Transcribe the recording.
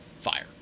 fire